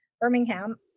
birmingham